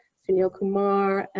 neil kumar,